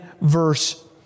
verse